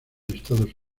estados